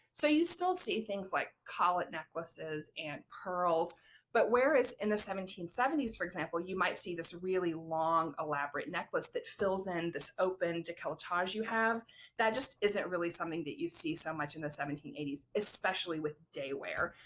so you still see things like collet necklaces and pearls but whereas in the seventeen seventy s, for example, you might see this really long elaborate necklace that fills in this open decolletage you have that just isn't really something that you see so much in the seventeen eighty s, especially with day wear.